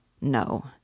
No